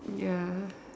ya